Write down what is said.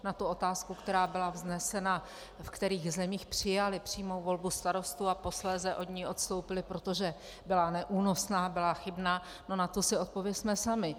Na tu otázku, která byla vznesena, v kterých zemích přijali přímou volbu starostů a posléze od ní odstoupili, protože byla neúnosná, byla chybná, no, na to si odpovězme sami.